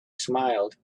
smiled